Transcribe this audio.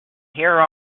here